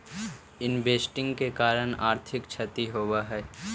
investing के कारण आर्थिक क्षति होवऽ हई